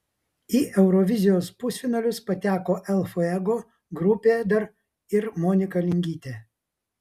į eurovizijos pusfinalius pateko el fuego grupė dar ir monika linkytė